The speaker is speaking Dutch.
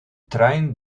trein